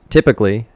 Typically